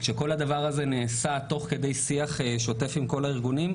כשכל הדבר הזה נעשה תוך כדי שיח שוטף עם כל הארגונים,